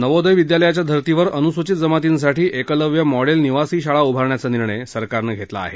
नवोदय विद्यालयाच्या धर्तीवर अनुसूचित जमातीसाठी एकलव्य मॉडेल निवासी शाळा उभारण्याचा निर्णय सरकारनं घेतला आहे